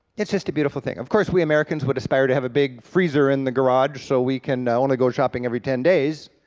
it's just a beautiful thing. of course we americans would aspire to have a big freezer in the garage so we can only go shopping every ten days,